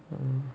um